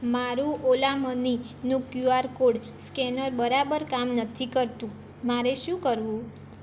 મારું ઓલા મનીનું Q R code scanner બરાબર કામ નથી કરતું મારે શું કરવું